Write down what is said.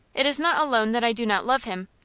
it is not alone that i do not love him.